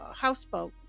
houseboat